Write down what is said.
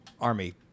army